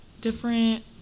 different